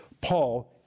Paul